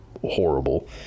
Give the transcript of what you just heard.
horrible